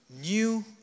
New